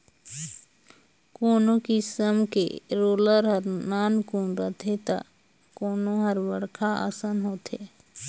कोनो किसम के रोलर हर नानकुन रथे त कोनो हर बड़खा असन होथे